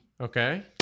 Okay